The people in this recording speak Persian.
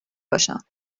باشم